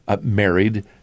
married